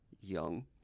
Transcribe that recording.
young